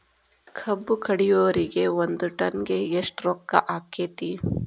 ಕಬ್ಬು ಕಡಿಯುವರಿಗೆ ಒಂದ್ ಟನ್ ಗೆ ಎಷ್ಟ್ ರೊಕ್ಕ ಆಕ್ಕೆತಿ?